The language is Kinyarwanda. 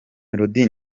melodie